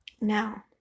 now